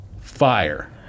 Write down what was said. fire